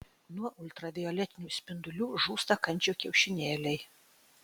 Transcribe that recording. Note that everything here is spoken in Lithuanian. nuo ultravioletinių spindulių žūsta kandžių kiaušinėliai